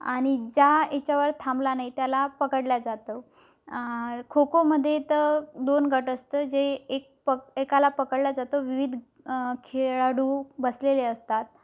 आणि ज्या याच्यावर थांबला नाही त्याला पकडलं जातं खोखोमध्ये तर दोन गट असतं जे एक पक एकाला पकडलं जातं विविध खेळाडू बसलेले असतात